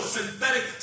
Synthetic